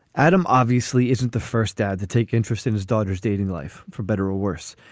adam obviously isn't the first dad to take interest in his daughter's dating life, for better or worse.